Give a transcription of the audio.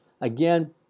again